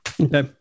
Okay